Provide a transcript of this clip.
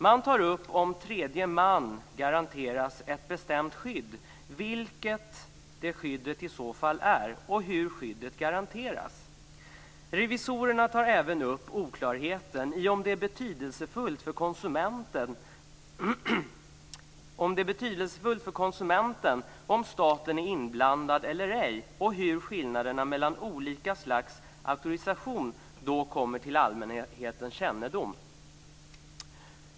Man tar upp frågan om när tredje man garanteras ett bestämt skydd. Vilket är i så fall det skyddet och hur garanteras det? Revisorerna tar även upp oklarheten i om det är betydelsefullt för konsumenten om staten är inblandad eller ej och i hur skillnaderna mellan olika slags auktorisation då kommer till allmänhetens kännedom.